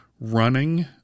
running